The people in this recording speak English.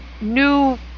new